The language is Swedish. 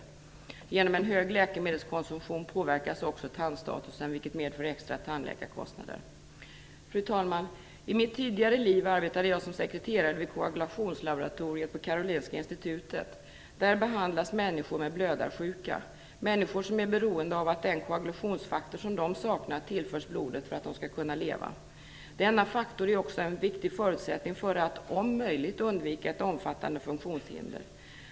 På grund av en hög läkemedelskonsumtion påverkas också tandstatusen, vilket medför extra tandläkarkostnader. Fru talman! I mitt tidigare liv arbetade jag som sekreterare vid koagulationslaboratoriet på Karolinska Institutet. Där behandlar man människor med blödarsjuka, som är beroende av att den koagulationsfaktor som de saknar tillförs blodet för att de skall kunna leva. Denna faktor är en viktig förutsättning för att, om möjligt, undvika ett omfattande funktionshinder.